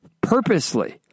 purposely